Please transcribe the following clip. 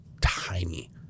tiny